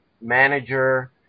manager